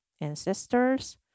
ancestors